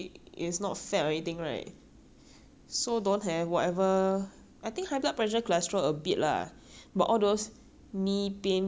so don't have whatever I think high blood pressure cholesterol a bit lah but all those knee pain joint pain 那个没有 lah 因为他不会肥 mah